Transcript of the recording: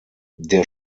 der